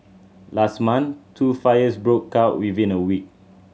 last month two fires broke out within a week